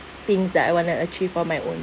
things that I want to achieve on my own